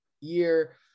year